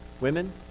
Women